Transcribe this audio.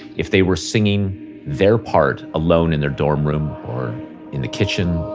if they were singing their part alone in their dorm room, or in the kitchen,